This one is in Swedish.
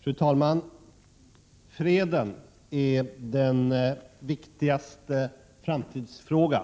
Fru talman! Freden är den viktigaste framtidsfrågan.